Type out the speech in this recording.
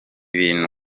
bintu